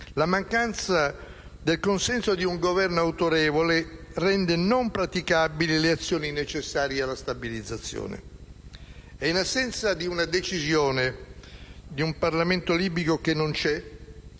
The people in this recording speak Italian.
la mancanza del consenso di un Governo autorevole rende non praticabili le azioni necessarie alla stabilizzazione. In assenza della decisione di un Parlamento libico, che non c'è,